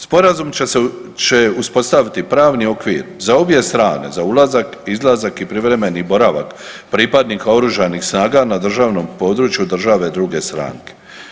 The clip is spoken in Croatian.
Sporazum će uspostaviti pravni okvir za obje strane za ulazak, izlazak i privremeni boravak pripadnika OS-a na državnom području države druge stranke.